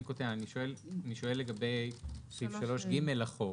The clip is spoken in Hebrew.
קוטע אבל אני שואל לגבי סעיף 3(ג) לחוק,